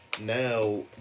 now